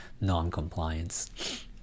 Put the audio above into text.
non-compliance